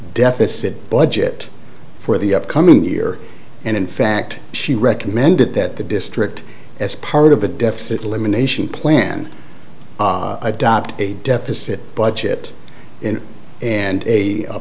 deficit budget for the upcoming year and in fact she recommended that the district as part of a deficit elimination plan adopt a deficit budget in and a